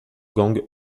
gang